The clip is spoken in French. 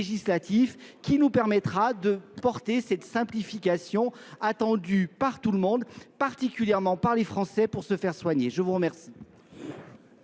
qui nous permettra de porter cette simplification attendue par tout le monde, particulièrement par les Français pour se faire soigner. Je vous remercie.